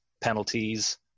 penalties